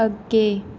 ਅੱਗੇ